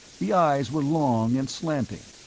the eyes were long and slanting,